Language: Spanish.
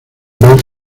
ver